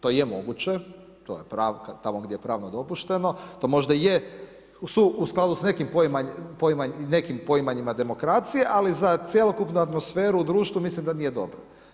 To je moguće, to je katalog gdje je pravno dopušteno, to možda i je u skladu s nekim poimanjima demokracije, ali za cjelokupnu atmosferu u društvu mislim da nije dobro.